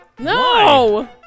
No